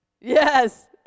Yes